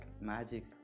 magic